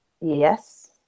Yes